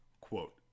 Quote